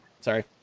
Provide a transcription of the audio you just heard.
sorry